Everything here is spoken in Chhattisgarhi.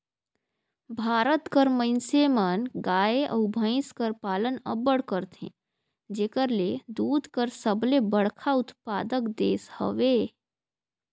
भारत कर मइनसे मन गाय अउ भंइस कर पालन अब्बड़ करथे जेकर ले दूद कर सबले बड़खा उत्पादक देस हवे